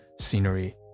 scenery